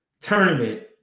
tournament